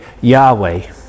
Yahweh